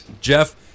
Jeff